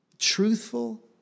Truthful